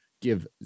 give